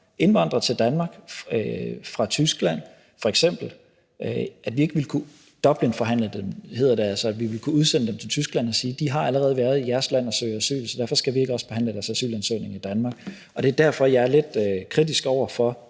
indvandret til Danmark fra f.eks. Tyskland, ville vi ikke kunne udsende til Tyskland og sige: De har allerede været i jeres land og søge asyl, så derfor skal vi ikke også behandle deres asylansøgning i Danmark. Det er derfor, jeg er lidt kritisk over for